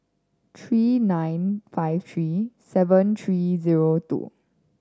three nine five three seven three zero two